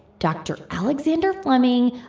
dr. alexander fleming,